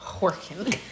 working